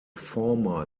former